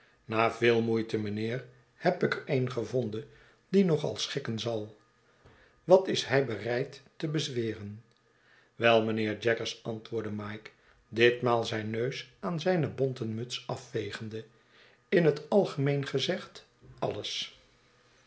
na veel moeite mijnheer heb ik er een gevonden die nog al schikken zal wat is hij bereid te bezweren wel mynheer jaggers antwoordde mike ditmaal zijn neus aan zijne bonten muts afvegende in het algemeen gezegd alles